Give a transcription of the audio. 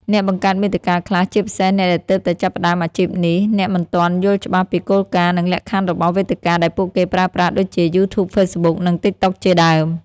អ្នកបង្កើតមាតិកាខ្លះ ជាពិសេសអ្នកដែលទើបតែចាប់ផ្តើមអាជីពនេះ អាចមិនទាន់យល់ច្បាស់ពីគោលការណ៍ និងលក្ខខណ្ឌរបស់វេទិកាដែលពួកគេប្រើប្រាស់ ដូចជា យូធូប ហ្វេសប៊ុក និង តិកតុក ជាដើម។